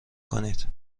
کنید